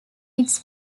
its